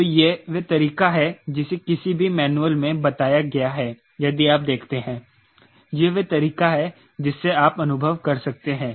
तो यह वह तरीका है जिसे किसी भी मैनुअल में बताया गया है यदि आप देखते हैं यह वह तरीका है जिससे आप अनुभव कर सकते हैं